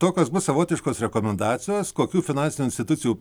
tokios savotiškos rekomendacijos kokių finansinių institucijų